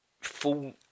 full